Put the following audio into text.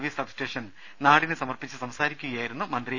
V sub station നാടിന് സമർപ്പിച്ച് സംസാരിക്കുകയായിരുന്നു മന്ത്രി